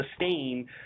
sustain